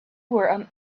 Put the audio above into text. were